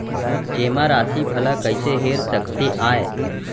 जेमा राशि भला कइसे हेर सकते आय?